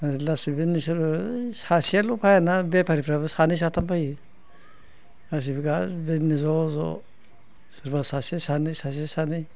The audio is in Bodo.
लासैनो सासेयाल' फैयाना बेफारिफ्रा सानै साथाम फैयो गासैबो बिदिनो ज' ज' सोरबा सासे सानै सासे सानै